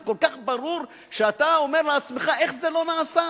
זה כל כך ברור שאתה אומר לעצמך: איך זה לא נעשה?